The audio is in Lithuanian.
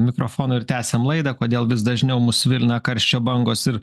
mikrofono ir tęsiam laidą kodėl vis dažniau mus svilina karščio bangos ir